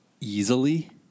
easily